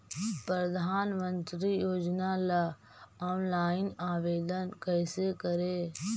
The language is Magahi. प्रधानमंत्री योजना ला ऑनलाइन आवेदन कैसे करे?